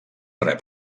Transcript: rep